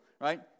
right